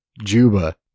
Juba